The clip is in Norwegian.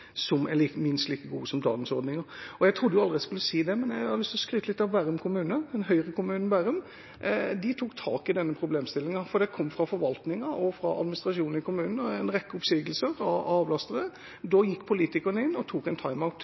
som er minst like gode som dagens ordninger. Jeg trodde aldri jeg skulle si det, men jeg har lyst til å skryte litt av Bærum kommune, Høyre-kommunen Bærum. De tok tak i denne problemstillingen. Det kom fra forvaltningen og fra administrasjonen i kommunen en rekke oppsigelser av avlastere. Da gikk politikerne inn og tok en